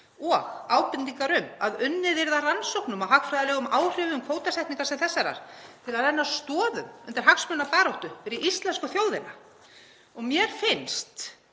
og ábendingar um að unnið yrði að rannsóknum á hagfræðilegum áhrifum kvótasetningar sem þessarar til að renna stoðum undir hagsmunabaráttu fyrir íslensku þjóðina. Mér finnst